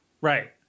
Right